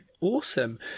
awesome